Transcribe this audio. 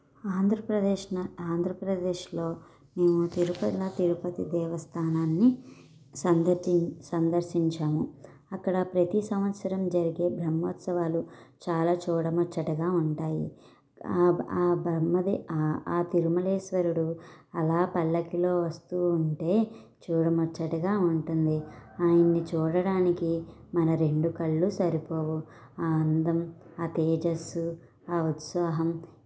ఆంధ్రప్రదేశ్న ఆంధ్రప్రదేశ్లో మేము తిరుపన తిరుపతి దేవస్థానాన్ని సందర్శి సందర్శించాము అక్కడ ప్రతి సంవత్సరం జరిగే బ్రహ్మోత్సవాలు చాలా చూడముచ్చటగా ఉంటాయి ఆ బ్రహ్మ దే ఆ తిరుమలేశ్వరుడు అలా పల్లకిలో వస్తూ ఉంటే చూడముచ్చటగా ఉంటుంది ఆయన్ని చూడడానికి మన రెండు కళ్ళు సరిపోవు ఆ అందం ఆ తేజస్సు ఆ ఉత్సాహం